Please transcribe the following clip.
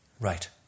Right